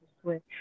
Switch